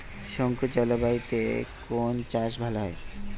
শুষ্ক জলবায়ুতে কোন চাষ ভালো হয়?